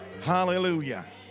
Hallelujah